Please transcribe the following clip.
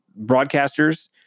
broadcasters